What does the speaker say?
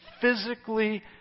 physically